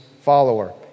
follower